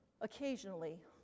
occasionally